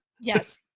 yes